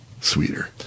sweeter